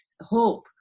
hope